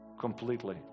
Completely